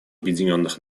объединенных